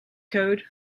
code